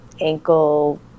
ankle